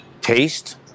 taste